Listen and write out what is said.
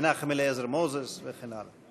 מנחם אליעזר מוזס וכן הלאה.